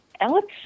Alex